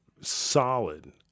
solid